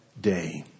day